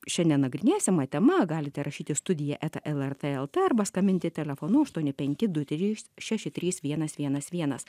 šiandien nagrinėsiama tema galite rašyti studija eta lrt lt arba skambinti telefonu aštuoni penki du trys šeši trys vienas vienas vienas